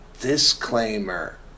disclaimer